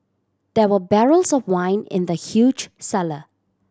there were barrels of wine in the huge cellar